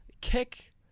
kick